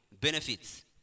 benefits